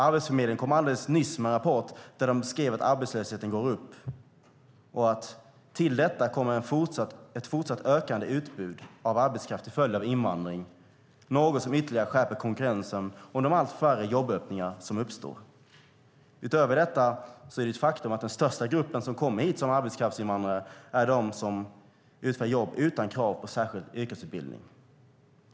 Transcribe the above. Arbetsförmedlingen kom alldeles nyss med en rapport där de skrev att arbetslösheten går upp och att det till detta kommer ett fortsatt ökande utbud av arbetskraft till följd av invandring, något som ytterligare skärper konkurrensen om de allt färre jobböppningar som uppstår. Utöver detta är det ett faktum att den största gruppen, som kommer hit som arbetskraftsinvandrare, är de som utför jobb utan krav på särskild yrkesutbildning.